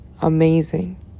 amazing